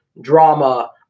drama